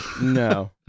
No